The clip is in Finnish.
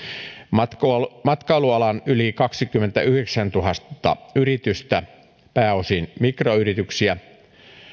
matkailualan matkailualan yli kaksikymmentäyhdeksäntuhatta yritystä pääosin mik royrityksiä